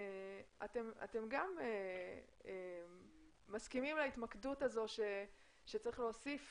גם אתם מסכימים להתמקדות הזו שצריך להוסיף